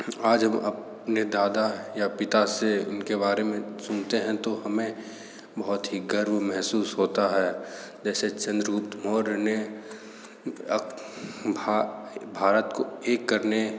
आज हम अपने दादा या पिता से उन के बारे में सुनते हैं तो हमें बहुत ही गर्व महसूस होता है जैसे चंद्रगुप्त मौर्य ने भारत को एक करने